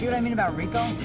you know i mean about ricco?